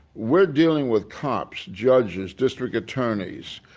we're dealing with cops, judges, district attorneys.